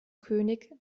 könig